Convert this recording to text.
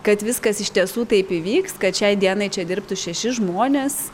kad viskas iš tiesų taip įvyks kad šiai dienai čia dirbtų šeši žmonės